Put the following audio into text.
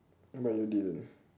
but you didn't